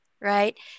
right